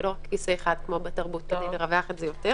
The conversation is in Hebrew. ולא רק כיסא אחד כמו בתרבות כדי לרווח את זה יותר.